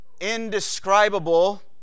indescribable